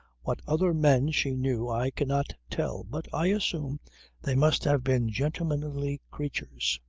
what other men she knew i cannot tell but i assume they must have been gentlemanly creatures.